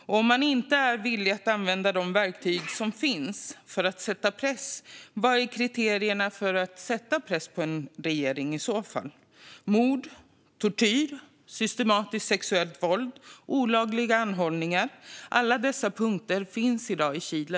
Om man inte är villig att använda de verktyg som finns för att sätta press, vad är i så fall kriterierna för att sätta press på en regering? Är det mord, tortyr, systematiskt sexuellt våld och olagliga anhållanden? Allt detta förekommer i dag i Chile.